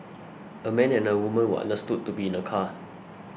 a man and a woman were understood to be in the car